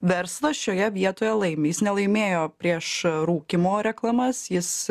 verslas šioje vietoje laimi jis nelaimėjo prieš rūkymo reklamas jis